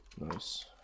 Nice